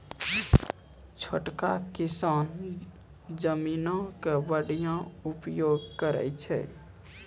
छोटका किसान जमीनो के बढ़िया उपयोग करै छै